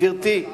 גברתי,